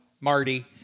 Marty